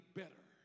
better